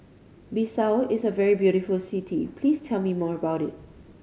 Bissau is a very beautiful city Please tell me more about it